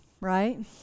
right